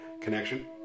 connection